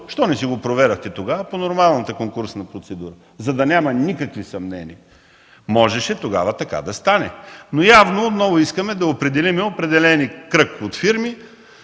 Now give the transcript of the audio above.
Защо не си го проведохте тогава по нормалната конкурсна процедура, за да няма никакви съмнения? Можеше тогава така да стане. Но явно отново искаме да определим определен кръг от фирми,